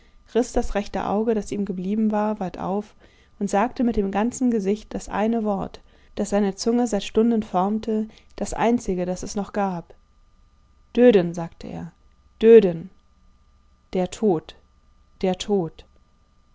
riß das rechte auge das ihm geblieben war weit auf und sagte mit dem ganzen gesicht das eine wort das seine zunge seit stunden formte das einzige das es noch gab döden sagte er döden der tod der tod